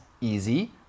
easy